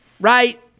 Right